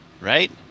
Right